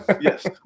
yes